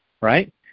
right